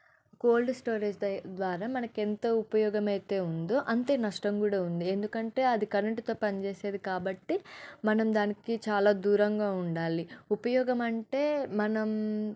cold storage ద ద్వారా మనకెంత ఉపయోగం అయితే ఉందో అంతే నష్టం కూడా ఉంది ఎందుకంటే అది కరెంటుతో పని చేసేది కాబట్టి మనం దానికి చాలా దూరంగా ఉండాలి ఉపయోగం అంటే మనం